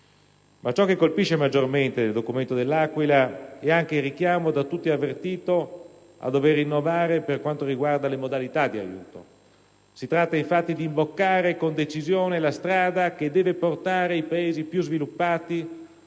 Ciò che colpisce maggiormente nel documento dell'Aquila è anche il richiamo da tutti avvertito a dover innovare per quanto riguarda le modalità di aiuto. Si tratta, infatti, di imboccare con decisione la strada che deve portare i Paesi più sviluppati